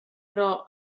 però